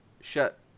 shut